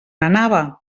anava